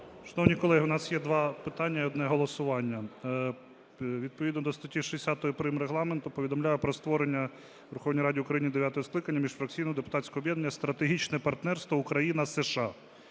Шановні колеги, у нас є два питання і одне голосування. Відповідно до статті 60 прим. Регламенту повідомляю про створення у Верховній Раді України дев'ятого скликання міжфракційного депутатського об'єднання "Стратегічне партнерство Україна-США".